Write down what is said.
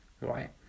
right